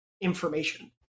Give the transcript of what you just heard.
information